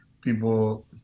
people